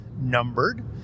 numbered